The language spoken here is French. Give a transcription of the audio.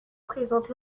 présente